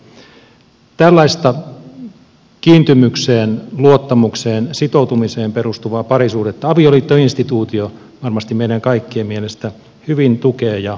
tällaista kiintymykseen luottamukseen sitoutumiseen perustuvaa parisuhdetta avioliittoinstituutio varmasti meidän kaikkien mielestä hyvin tukee ja vahvistaa